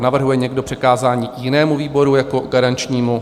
Navrhuje někdo přikázání jinému výboru jako garančnímu?